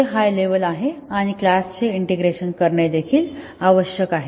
ते high level आहे आणि क्लास चे इंटिग्रेशन करणे देखील आवश्यक आहे